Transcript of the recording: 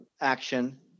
action